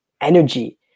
energy